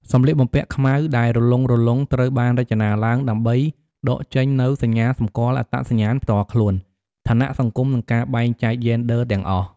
សម្លៀកបំពាក់ខ្មៅដែលរលុងៗត្រូវបានរចនាឡើងដើម្បីដកចេញនូវសញ្ញាសម្គាល់អត្តសញ្ញាណផ្ទាល់ខ្លួន ឋានៈសង្គម និងការបែងចែកយេនឌ័រទាំងអស់។